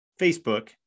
facebook